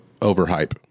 overhype